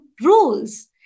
rules